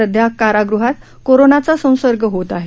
सध्या कारागृहात कोरोनाचा संसर्ग होत आहे